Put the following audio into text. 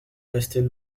restait